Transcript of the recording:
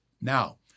Now